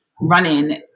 running